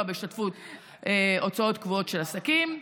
בהשתתפות בהוצאות קבועות של עסקים.